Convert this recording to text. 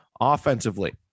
Offensively